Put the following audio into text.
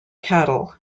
cattle